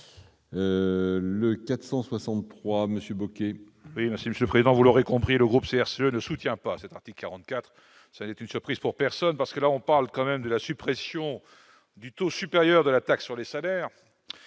Le 463 Monsieur Bocquet. Mais il ne se privant, vous l'aurez compris le groupe CRC ne soutient pas cette partie 44, ça n'est une surprise pour personne parce que là on parle quand même de la suppression du taux supérieur de la taxe sur les salaires